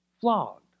flogged